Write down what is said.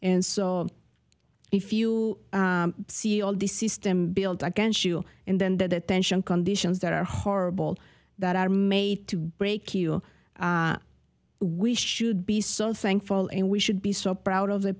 and so if you see all the system built against you and then that tension conditions that are horrible that are made to break you we should be so thankful and we should be so proud of the